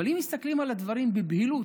אבל אם מסתכלים על הדברים בבהילות,